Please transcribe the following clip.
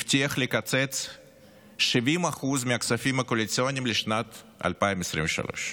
הבטיח לקצץ 70% מהכספים הקואליציוניים לשנת 2023,